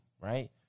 right